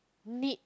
neat